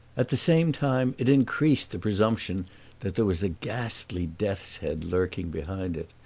at the same time it increased the presumption that there was a ghastly death's-head lurking behind it.